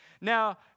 Now